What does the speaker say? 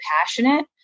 passionate